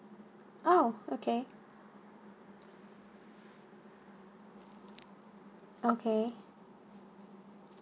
oh okay